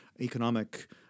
economic